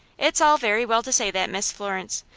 it's all very well to say that, miss florence.